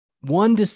one